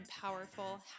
powerful